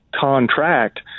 contract